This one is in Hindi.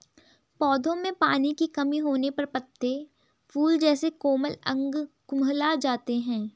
पौधों में पानी की कमी होने पर पत्ते, फूल जैसे कोमल अंग कुम्हला जाते हैं